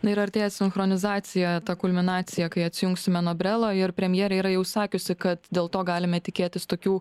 na ir artėja sinchronizacija ta kulminacija kai atsijungsime nuo brelo ir premjerė yra jau sakiusi kad dėl to galime tikėtis tokių